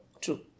True